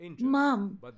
Mom